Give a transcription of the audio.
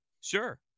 Sure